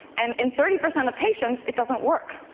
and in thirty percent of patients it doesn't work.